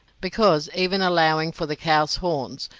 because, even allowing for the cow's horns,